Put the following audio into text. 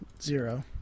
zero